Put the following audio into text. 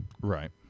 Right